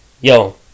Yo